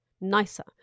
nicer